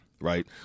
right